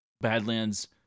Badlands